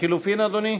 לחלופין, אדוני?